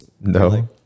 No